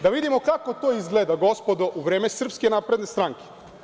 Da vidimo kako to izgleda, gospodo, u vreme Srpske napredne stranke.